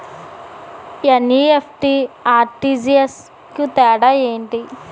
NEFT, RTGS కు తేడా ఏంటి?